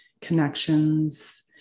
connections